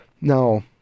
Now